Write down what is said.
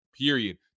period